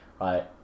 right